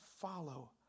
follow